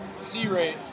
C-rate